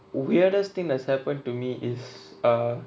weirdest thing that has happened to me is uh